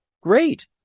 great